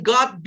God